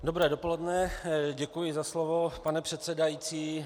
Dobré dopoledne, děkuji za slovo, pane předsedající.